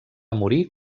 morir